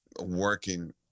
working